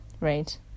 right